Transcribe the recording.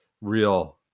real